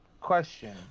question